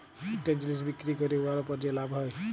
ইকটা জিলিস বিক্কিরি ক্যইরে উয়ার উপর যে লাভ হ্যয়